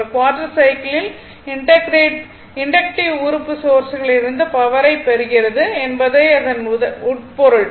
ஒரு குவார்ட்டர் சைக்கிளில் இண்டக்ட்டிவ் உறுப்பு சோர்ஸிலிருந்து பவரை பெறுகிறது என்பதே இதன் உட்பொருள்